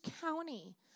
County